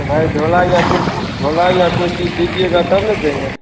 तो भाई झोला या कुछ झोला या कोई चीज दीजियेगा तब न देंगे